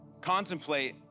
contemplate